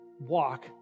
walk